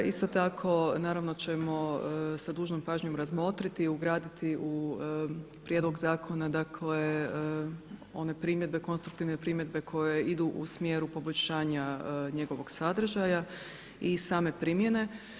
Isto tako naravno ćemo sa dužnom pažnjom razmotriti i ugraditi u prijedlog zakona dakle one primjedbe, konstruktivne primjedbe koje idu u smjeru poboljšanja njegovog sadržaja i same primjene.